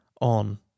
On